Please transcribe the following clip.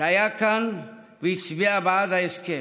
שהיה כאן והצביע בעד ההסכם.